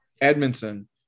Edmondson